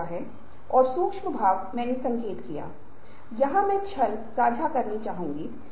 अगर विरोध करने वाले बल सुविधा बल से अधिक हैं तब परिवर्तन करना बहुत कठिन होता है